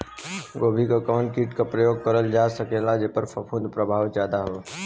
गोभी पर कवन कीट क प्रयोग करल जा सकेला जेपर फूंफद प्रभाव ज्यादा हो?